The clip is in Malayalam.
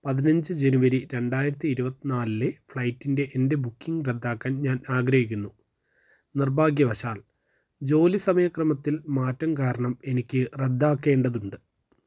പതിനഞ്ച് ജനുവരി രണ്ടായിരത്തി ഇരുപത്തി നാലിലെ ഫ്ലൈറ്റിലെ എൻ്റെ ബുക്കിംഗ് റദ്ദാക്കാൻ ഞാൻ ആഗ്രഹിക്കുന്നു നിർഭാഗ്യവശാൽ ജോലി സമയക്രമത്തിൽ മാറ്റം കാരണം എനിക്ക് റദ്ദാക്കേണ്ടതുണ്ട്